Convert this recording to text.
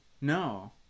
No